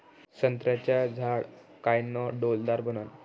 संत्र्याचं झाड कायनं डौलदार बनन?